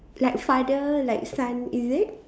like father like son is it